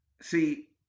see